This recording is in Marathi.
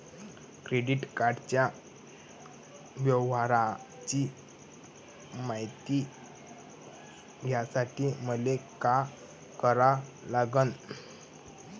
क्रेडिट कार्डाच्या व्यवहाराची मायती घ्यासाठी मले का करा लागन?